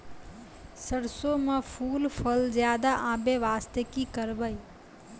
सरसों म फूल फल ज्यादा आबै बास्ते कि करबै?